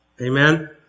Amen